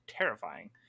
terrifying